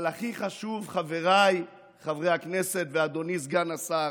אבל הכי חשוב, חבריי חברי הכנסת ואדוני סגן השר: